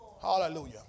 Hallelujah